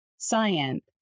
Science